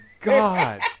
God